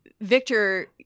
Victor